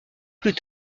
plus